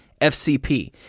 FCP